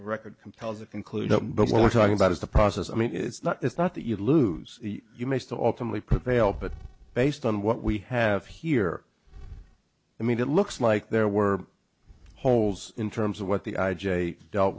record compels a conclusion but what we're talking about is the process i mean it's not it's not that you lose you may still ultimately prevail but based on what we have here i mean it looks like there were holes in terms of what the i j a dealt